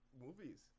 movies